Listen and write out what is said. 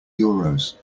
euros